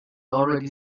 already